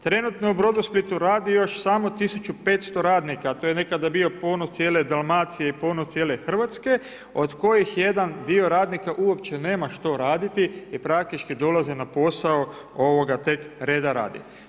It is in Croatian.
Trenutno u Brodosplitu radi još samo 1500 radnika, a to je nekada bio ponos cijele Dalmacije i ponos cijele Hrvatske od kojih jedan dio radnika uopće nema što raditi i praktički dolaze na posao tek reda radi.